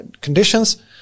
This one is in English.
conditions